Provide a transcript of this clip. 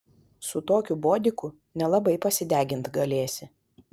su tokiu bodiku nelabai pasidegint galėsi